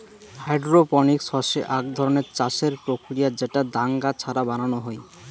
hydroponics হসে আক ধরণের চাষের প্রক্রিয়া যেটা দাঙ্গা ছাড়া বানানো হই